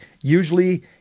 Usually